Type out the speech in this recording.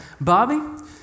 Bobby